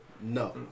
No